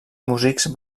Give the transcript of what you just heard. músics